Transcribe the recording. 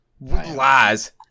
Lies